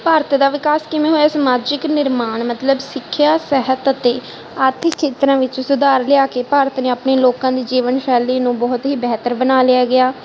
ਭਾਰਤ ਦਾ ਵਿਕਾਸ ਕਿਵੇਂ ਹੋਇਆ ਸਮਾਜਿਕ ਨਿਰਮਾਣ ਮਤਲਬ ਸਿੱਖਿਆ ਸਿਹਤ ਅਤੇ ਆਰਥਿਕ ਖੇਤਰਾਂ ਵਿੱਚ ਸੁਧਾਰ ਲਿਆ ਕੇ ਭਾਰਤ ਨੇ ਆਪਣੇ ਲੋਕਾਂ ਦੀ ਜੀਵਨ ਸ਼ੈਲੀ ਨੂੰ ਬਹੁਤ ਹੀ ਬਿਹਤਰ ਬਣਾ ਲਿਆ ਗਿਆ